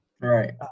Right